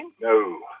No